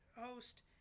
host